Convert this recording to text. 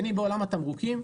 בין אם בעולם התמרוקים,